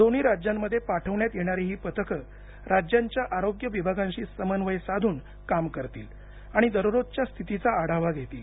दोन्ही राज्यांमध्ये पाठविण्यात येणारी ही पथकं राज्यांच्या आरोग्य विभागांशी समन्वय साधून काम करतील आणि दररोजच्या स्थितीचा आढावा घेतील